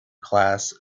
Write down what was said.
class